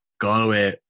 Galway